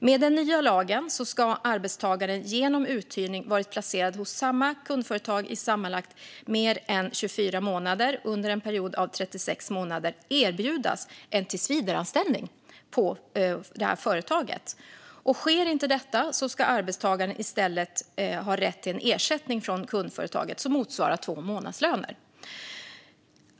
Med den nya lagen ska arbetstagare som genom uthyrning varit placerade på samma kundföretag i sammanlagt mer än 24 månader under en period av 36 månader erbjudas en tillsvidareanställning på det företaget. Sker inte detta ska arbetstagaren i stället ha rätt till ersättning från kundföretaget som motsvarar två månadslöner.